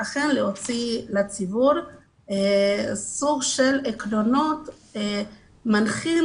להוציא לציבור סוג של עקרונות מנחים